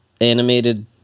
animated